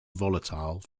volatile